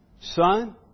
Son